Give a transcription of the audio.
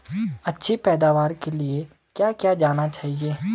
अच्छी पैदावार के लिए क्या किया जाना चाहिए?